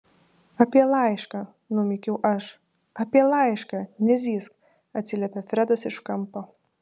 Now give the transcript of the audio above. apie laišką numykiau aš apie laišką nezyzk atsiliepė fredas iš kampo